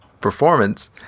performance